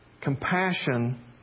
Compassion